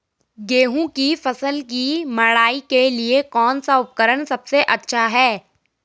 गेहूँ की फसल की मड़ाई के लिए कौन सा उपकरण सबसे अच्छा है?